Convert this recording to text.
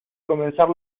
comenzar